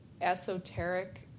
esoteric